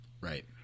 Right